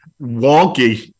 wonky